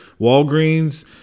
Walgreens